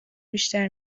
بیشتر